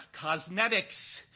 Cosmetics